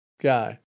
guy